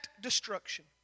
destruction